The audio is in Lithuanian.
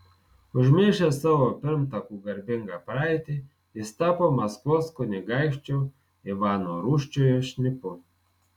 užmiršęs savo pirmtakų garbingą praeitį jis tapo maskvos kunigaikščio ivano rūsčiojo šnipu